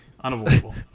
unavoidable